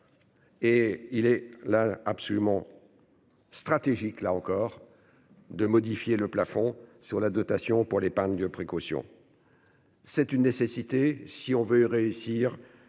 Et il est là, absolument. Stratégique là encore de modifier le plafond sur la dotation pour l'épargne de précaution. C'est une nécessité si on veut réussir.